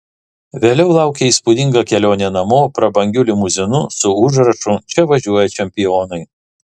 vėliau laukė įspūdinga kelionė namo prabangiu limuzinu su užrašu čia važiuoja čempionai